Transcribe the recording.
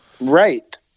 Right